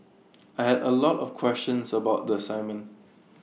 I had A lot of questions about the assignment